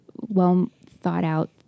well-thought-out